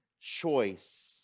choice